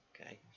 okay